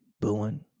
booing